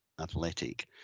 athletic